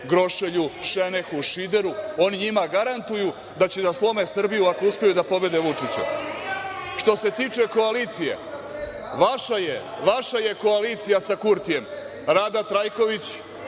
Grošelju, Šeneku, Šrideru, oni njima garantuju da će da slome Srbiju ako uspeju da pobede Vučića. Što se tiče koalicija, vaša je koalicija sa Kurtijem - Rada Trajković.